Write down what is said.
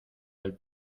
del